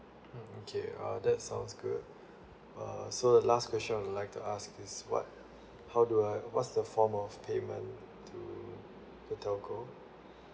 mm okay ah that sounds good uh so the last question I would like to ask is what how do I what's the form of payment to the telco